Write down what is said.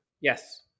Yes